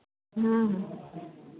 हाँ हाँ